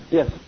yes